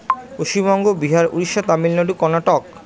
Paschimbanga Bihar Orissa Tamil Nadu Karnataka